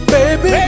Baby